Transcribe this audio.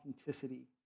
authenticity